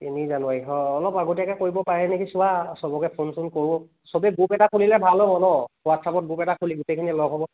তিনি জানুৱাৰী হয় অলপ আগতীয়াকৈ কৰিব পাৰে নেকি চোৱা চবকে ফোন চোন কৰোঁ সবেই গ্ৰুপ এটা খুলিলে ভাল হ'ব ন হোৱাটছএপত গ্ৰুপ এটা খুলি গোটেইখিনি লগ হ'ব